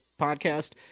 podcast